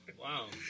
Wow